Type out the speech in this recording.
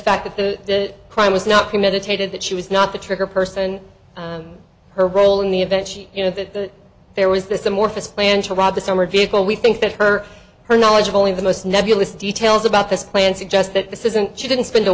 fact that the crime was not premeditated that she was not the trigger person her role in the event you know that there was this amorphous plan to rob the summer vehicle we think that her her knowledge of only the most nebulous details about this plan suggest that this isn't she didn't spend a